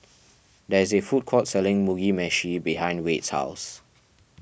there is a food court selling Mugi Meshi behind Wade's house